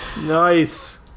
Nice